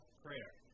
prayer